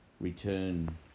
return